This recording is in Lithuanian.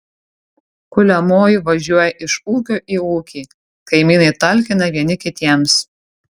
kuliamoji važiuoja iš ūkio į ūkį kaimynai talkina vieni kitiems